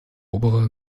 obere